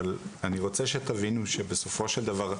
אבל אני רוצה שתבינו שבסופו של דבר,